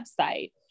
website